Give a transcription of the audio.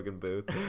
booth